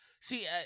See